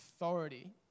authority